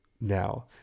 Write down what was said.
now